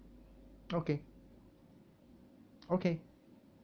okay okay